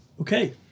Okay